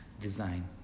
design